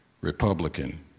Republican